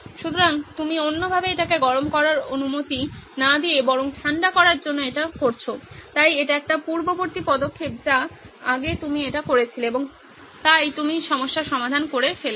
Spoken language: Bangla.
সুতরাং আপনি অন্যভাবে এটিকে গরম করার অনুমতি না দিয়ে বরং ঠান্ডা করার জন্য এটি করেছেন তাই এটি একটি পূর্ববর্তী পদক্ষেপ যা আগে আপনি এটি করেছিলেন এবং তাই আপনি সমস্যার সমাধান করে ফেলেছেন